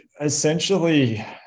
essentially